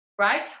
right